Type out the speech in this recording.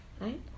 right